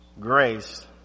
Grace